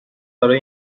برای